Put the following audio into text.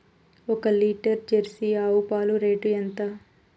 ఒక litre Jersey ఆవు పాలు రేటు ఎంత?